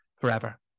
forever